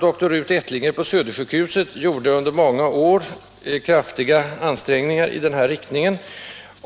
Doktor Rut Ettlinger på Södersjukhuset har också under många år gjort stora ansträngningar i den riktningen.